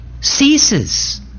ceases